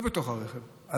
לא בתוך הרכב,